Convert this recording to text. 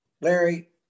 Larry